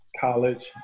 college